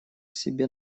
себе